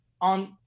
on